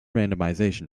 randomization